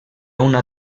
una